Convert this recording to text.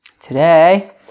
Today